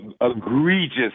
egregious